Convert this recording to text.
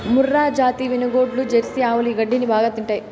మూర్రాజాతి వినుగోడ్లు, జెర్సీ ఆవులు ఈ గడ్డిని బాగా తింటాయి